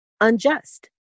unjust